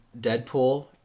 Deadpool